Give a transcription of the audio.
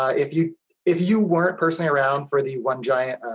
ah if you if you weren't personally around for the one giant,